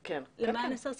למען הסר ספק,